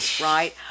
right